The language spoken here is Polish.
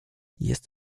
jest